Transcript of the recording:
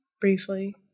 briefly